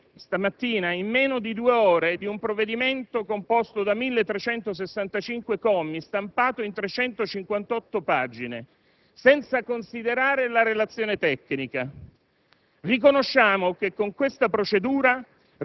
l'esame avvenuto oggi (anzi, stamattina), in meno di due ore, di un provvedimento composto da 1.365 commi, stampato in 358 pagine (senza considerare la relazione tecnica).